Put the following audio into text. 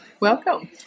Welcome